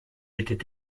était